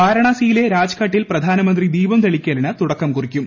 വാരാണസിയിലെ രാജ്ഘട്ടിൽ പ്രധാനമന്ത്രി ദീപം തെളിക്കലിന് തുടക്കം കുറിക്കും